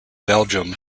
belgium